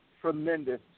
tremendous